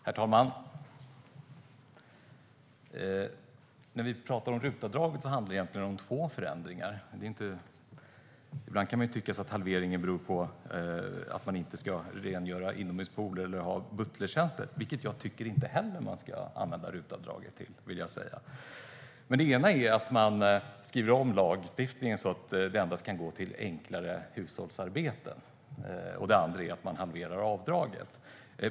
Herr talman! När vi talar om RUT-avdraget handlar det egentligen om två förändringar. Ibland kan det ju tyckas som att halveringen beror på att man inte ska rengöra inomhuspooler eller ha butlertjänster, och jag vill säga att jag inte heller tycker att man ska använda RUT-avdraget till det. Den ena förändringen är dock att man skriver om lagstiftningen så att avdraget endast kan gå till enklare hushållsarbete, och den andra är att man halverar det.